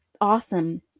awesome